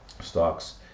stocks